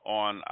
on